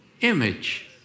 image